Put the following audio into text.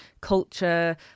culture